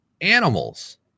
animals